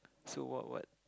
so what what